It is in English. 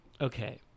Okay